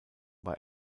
bei